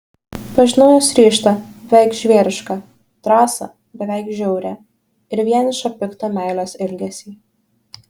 pažinau jos ryžtą beveik žvėrišką drąsą beveik žiaurią ir vienišą piktą meilės ilgesį